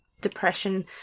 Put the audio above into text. depression